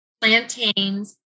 plantains